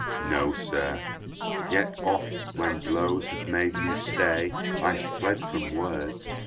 no, sir yet oft, when blows have made me stay, i fled from words.